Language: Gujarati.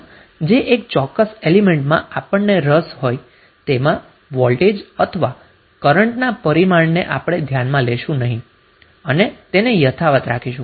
આમ આપણે વોલ્ટેજ અથવા કરન્ટ સાથે સન્કળાયેલા પેરામિટરને ધ્યાનમાં લેશું નહીં અને તેને યથાવત રાખીશું